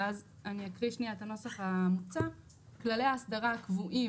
ואני אקריא את הנוסח המוצע: "כללי האסדרה הקבועים